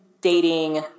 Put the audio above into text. dating